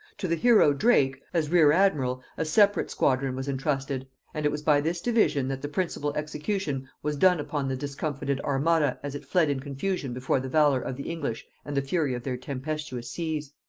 to the hero drake, as rear-admiral, a separate squadron was intrusted and it was by this division that the principal execution was done upon the discomfited armada as it fled in confusion before the valor of the english and the fury of their tempestuous seas.